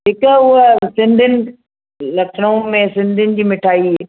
हिक हूअ सिंधीयुनि लखनऊ में सिंधीयुनि जी मिठाई